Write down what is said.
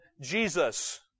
Jesus